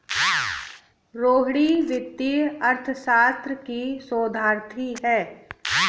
रोहिणी वित्तीय अर्थशास्त्र की शोधार्थी है